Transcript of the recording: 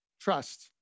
Trust